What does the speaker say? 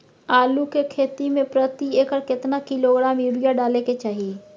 आलू के खेती में प्रति एकर केतना किलोग्राम यूरिया डालय के चाही?